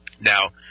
now